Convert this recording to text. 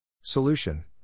Solution